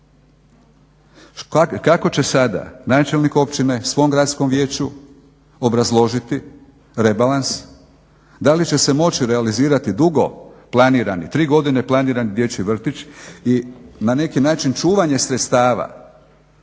Kako će sada načelnik općine svom Gradskom vijeću obrazložiti rebalans, da li će se moći realizirati dugo planirani, tri godine planirani dječji vrtić i na neki način čuvanje sredstava,